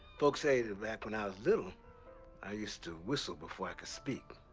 folks say that back when i was little i used to whistle before i could speak,